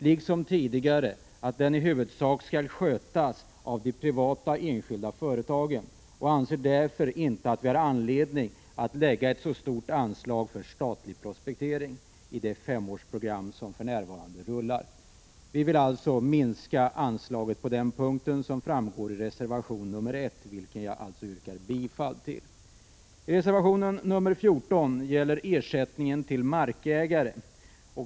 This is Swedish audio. Liksom tidigare anser vi att denna i huvudsak skall skötas av de enskilda företagen och att det därför inte finns anledning att lägga ett så stort anslag för statlig prospektering i det femårsprogram som för närvarande rullar. Vi vill alltså minska anslaget på den punkten. Detta framgår av reservation 1, vilken jag yrkar bifall till. Reservation 14 gäller ersättningen till markägare.